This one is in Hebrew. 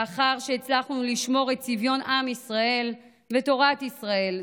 לאחר שהצלחנו לשמור את צביון עם ישראל ותורת ישראל,